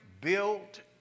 built